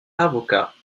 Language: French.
avocat